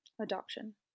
adoption